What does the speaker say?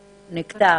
הוא נקטע.